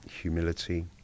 humility